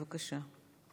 בבקשה.